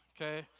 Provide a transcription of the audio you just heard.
okay